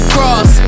Cross